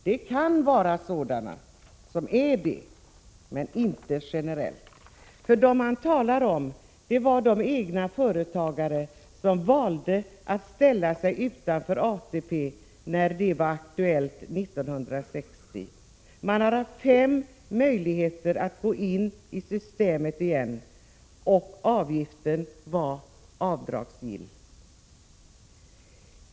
Det gäller inte generellt, för dem man talar om är de egenföretagare som valde att ställa sig utanför ATP när det var aktuellt 1960. De hade fem möjligheter att gå in i systemet, och avgiften var avdragsgill.